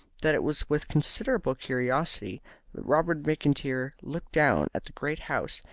that it was with considerable curiosity that robert mcintyre looked down at the great house,